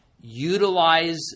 Utilize